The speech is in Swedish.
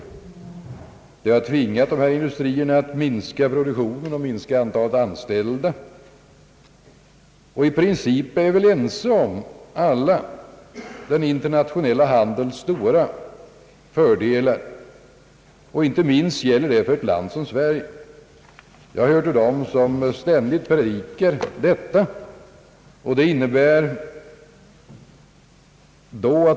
Det förhållandet har tvingat dessa industrier att minska produktionen och antalet anställda. I princip är vi väl alla ense om den internationella handelns stora fördelar. Inte minst gäller det för ett land som Sverige. Jag hör till dem som ständigt predikar detta.